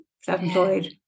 self-employed